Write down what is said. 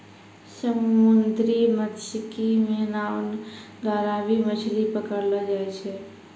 समुन्द्री मत्स्यिकी मे नाँव द्वारा भी मछली पकड़लो जाय छै